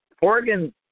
Oregon